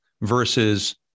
versus